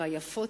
והיפות,